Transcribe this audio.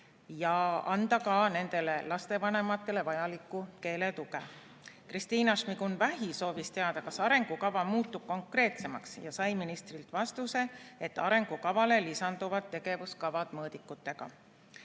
anda nendele lastevanematele vajalikku keeletuge. Kristiina Šmigun-Vähi soovis teada, kas arengukava muutub konkreetsemaks, ja sai ministrilt vastuse, et arengukavale lisanduvad tegevuskavad mõõdikutega.